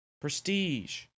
Prestige